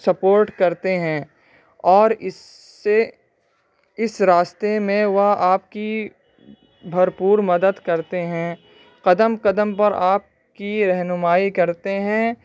support کرتے ہیں اور اس سے اس راستے میں وہ آپ کی بھرپور مدد کرتے ہیں قدم قدم پر آپ کی رہنمائی کرتے ہیں